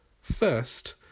first